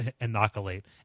inoculate